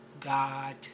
God